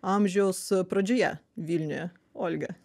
amžiaus pradžioje vilniuje olga